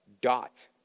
dot